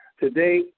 Today